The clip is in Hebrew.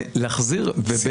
מה זה